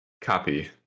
copy